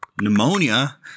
Pneumonia